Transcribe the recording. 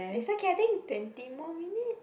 it's okay I think twenty more minutes